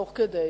תוך כדי.